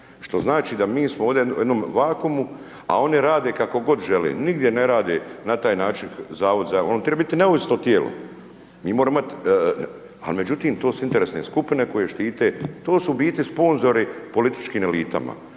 što znači da mi smo ovdje u jednom vakumu, a oni rade kako god žele, nigdje ne rade na taj način Zavod za, on treba biti neovisno tijelo, mi moramo imati, ali međutim, to su interesne skupine koje štite, to su u biti sponzori političkim elitama